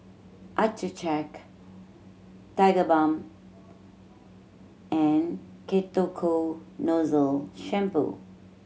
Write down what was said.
Accucheck Tigerbalm and Ketoconazole Shampoo